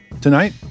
tonight